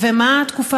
ומה התקופה